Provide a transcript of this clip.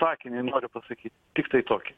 sakinį noriu pasakyt tiktai kokį